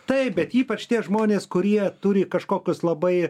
taip bet ypač tie žmonės kurie turi kažkokius labai